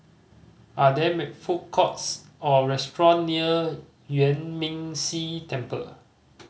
are there food courts or restaurant near Yuan Ming Si Temple